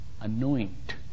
anoint